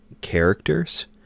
characters